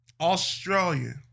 Australia